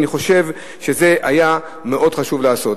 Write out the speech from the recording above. אני חושב שאת זה היה מאוד חשוב לעשות.